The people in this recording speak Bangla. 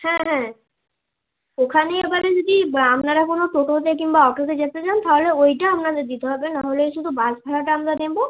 হ্যাঁ হ্যাঁ ওখানে এবারে যদি আপনারা কোনো টোটোতে কিংবা অটোতে যেতে চান তাহলে ওইটা আপনাদের দিতে হবে নাহলে এই শুধু বাস ভাড়াটা আমরা দেবো